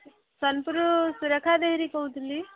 ସୋନପୁରରୁ ସୁରେଖା ଦେହୁରୀ କୋହୁଥିଲି